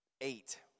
Eight